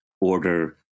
order